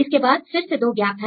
इसके बाद फिर से 2 गैप हैं